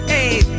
Hey